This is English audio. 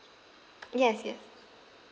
yes yes